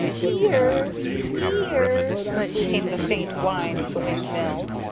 ee-errr ee-errr came the faint whine of the windmill.